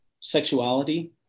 sexuality